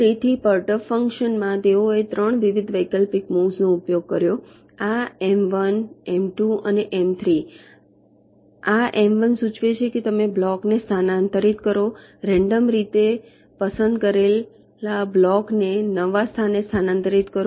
તેથી perturb function માં તેઓએ 3 વિવિધ વૈકલ્પિક મુવ્સ નો ઉપયોગ કર્યો આ એમ 1 એમ 2 અને એમ 3 આ એમ 1 સૂચવે છે કે તમે બ્લોક ને સ્થાનાંતરિત કરો રેન્ડમ રીતે પસંદ કરેલા બ્લોક ને નવા સ્થાને સ્થાનાંતરિત કરો